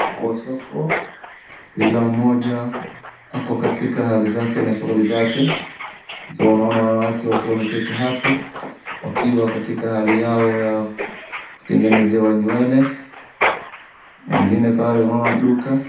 Kwa soko kila mmoja ako katika hali zake na shughuli zake ikiwa wanaona wanawake wakiwa wameketi hapo wakiwa katika hali yao ya kutengenezewa nywele na mwingine pale unaona duka.